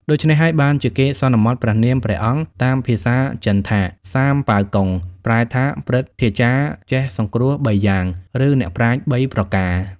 ដូច្នេះហើយបានជាគេសន្មតព្រះនាមព្រះអង្គតាមភាសាចិនថា សាមប៉ាវកុង ប្រែថា ព្រឹទ្ធាចារ្យចេះសង្គ្រោះបីយ៉ាង ឬអ្នកប្រាជ្ញបីប្រការ ។